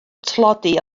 tlodi